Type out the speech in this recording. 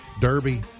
Derby